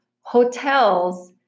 hotels